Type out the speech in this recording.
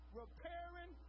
repairing